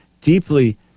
deeply